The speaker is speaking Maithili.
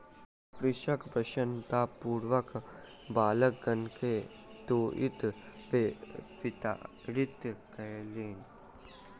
कृषक प्रसन्नतापूर्वक बालकगण के तूईत वितरित कयलैन